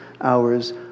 hours